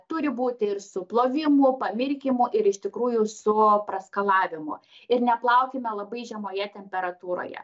turi būti ir su plovimu pamirkymu ir iš tikrųjų su praskalavimu ir neplaukime labai žemoje temperatūroje